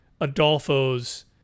Adolfo's